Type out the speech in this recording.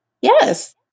Yes